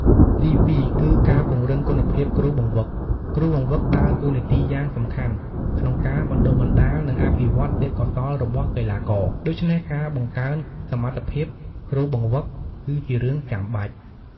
ទីពីរ គឺការពង្រឹងគុណភាពគ្រូបង្វឹក គ្រូបង្វឹកដើរតួនាទីយ៉ាងសំខាន់ក្នុងការបណ្ដុះបណ្ដាល និងអភិវឌ្ឍន៍ទេពកោសល្យរបស់កីឡាករ ដូច្នេះការបង្កើនសមត្ថភាពគ្រូបង្វឹក គឺជារឿងចាំបាច់។